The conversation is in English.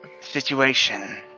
situation